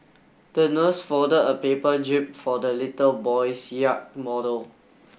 the nurse folded a paper jib for the little boy's yacht model